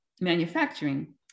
manufacturing